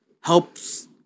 helps